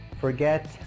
Forget